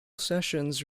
sessions